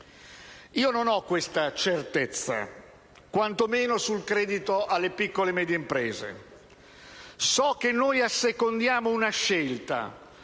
Non ho questa certezza, quantomeno sul credito alle piccole e medie imprese. So che assecondiamo una scelta